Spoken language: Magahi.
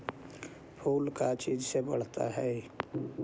फूल का चीज से बढ़ता है?